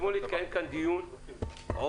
אתמול התקיים כאן דיון עומק